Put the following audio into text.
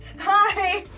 hi!